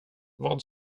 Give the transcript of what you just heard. vad